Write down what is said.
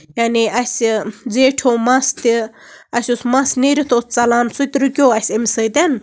یعنی اَسہِ زیٹھیو مَس تہِ اَسہِ اوس مَس نیٖرِتھ اوس ژَلان سُہ تہِ رُکیو اَسہِ امہِ سۭتۍ